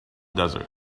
desert